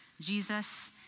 Jesus